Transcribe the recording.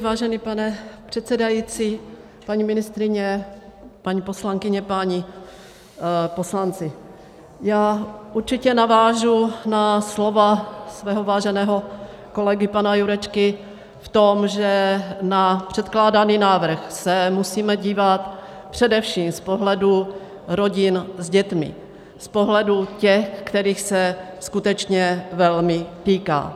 Vážený pane předsedající, paní ministryně, paní poslankyně, páni poslanci, já určitě navážu na slova svého váženého kolegy pana Jurečky v tom, že na předkládaný návrh se musíme dívat především z pohledu rodin s dětmi, z pohledu těch, kterých se skutečně velmi týká.